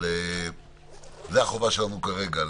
אבל זאת החובה שלנו כרגע,